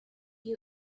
you